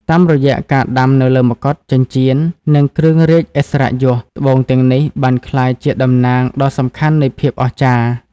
តាមរយៈការដាំនៅលើមកុដ ចិញ្ចៀន និងគ្រឿងរាជឥស្សរិយយស ត្បូងទាំងនេះបានក្លាយជាតំណាងដ៏សំខាន់នៃភាពអស្ចារ្យ។